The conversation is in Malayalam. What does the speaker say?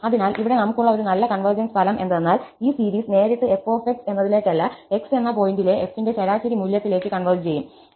അതിനാൽ ഇവിടെ നമുക്കുളള ഒരു നല്ല കൺവെർജെൻസ് ഫലം എന്തെന്നാൽ ഈ സീരീസ് നേരിട്ട് f എന്നതിലേക്കല്ല x എന്ന പോയിന്റിലെ f ന്റെ ശരാശരി മൂല്യത്തിലേക്ക് കൺവെർജ് ചെയ്യും